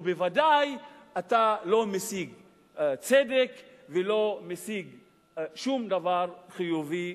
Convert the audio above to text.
ובוודאי שאתה לא משיג צדק ולא משיג שום דבר חיובי,